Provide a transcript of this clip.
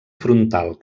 frontal